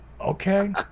Okay